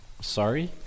sorry